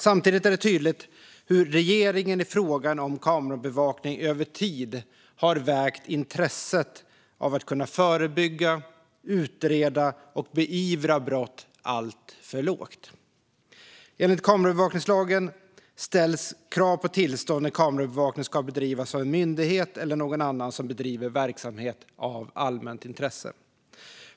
Samtidigt är det tydligt hur regeringen i fråga om kamerabevakning över tid har vägt intresset av att kunna förebygga, utreda och beivra brott alltför lågt. Enligt kamerabevakningslagen ställs krav på tillstånd när kamerabevakning ska bedrivas av en myndighet eller någon annan som bedriver verksamhet av allmänt intresse.